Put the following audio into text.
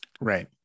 right